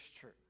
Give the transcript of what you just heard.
church